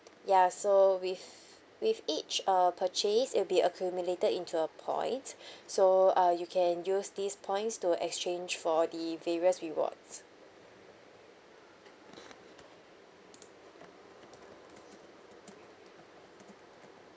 ya so with with each uh purchase it'll be accumulated into a points so uh you can use these points to exchange for the various rewards